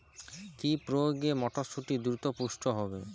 কি প্রয়োগে মটরসুটি দ্রুত পুষ্ট হবে?